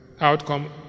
outcome